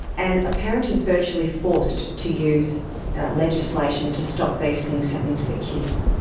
and a parent is virtually forced to use legislation to stop these things happening to their kids.